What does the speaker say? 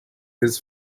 his